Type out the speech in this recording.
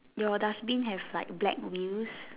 your dustbin have like black wheels